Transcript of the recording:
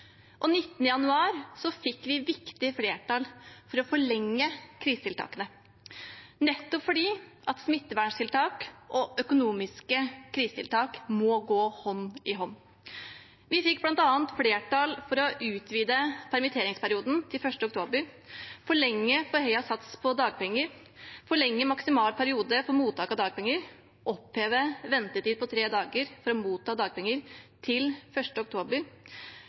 fikk vi viktige flertall for å forlenge krisetiltakene, nettopp fordi smitteverntiltak og økonomiske krisetiltak må gå hånd i hånd. Vi fikk bl.a. flertall for å utvide permitteringsperioden til 1. oktober, forlenge forhøyet sats for dagpenger, forlenge maksimal periode for mottak av dagpenger, oppheve ventetiden på tre dager for å motta dagpenger til 1. oktober,